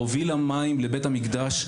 הובילה מים לבית המקדש,